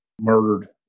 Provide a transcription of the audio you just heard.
murdered